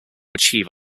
achieve